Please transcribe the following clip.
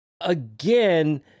again